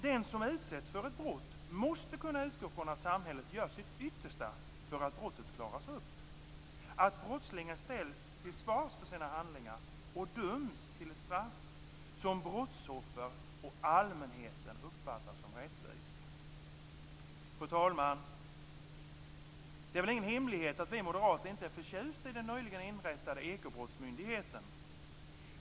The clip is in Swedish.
Den som utsätts för ett brott måste kunna utgå ifrån att samhället gör sitt yttersta för att brottet klaras upp och att brottslingen ställs till svars för sina handlingar och döms till ett straff som brottsoffer och allmänheten uppfattar som rättvist. Fru talman! Det är väl ingen hemlighet att vi moderater inte är förtjusta i den nyligen inrättade Ekobrottsmyndigheten.